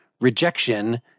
rejection